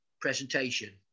presentation